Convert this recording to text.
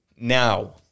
Now